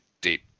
deep